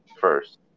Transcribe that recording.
first